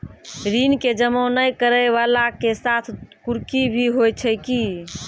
ऋण के जमा नै करैय वाला के साथ कुर्की भी होय छै कि?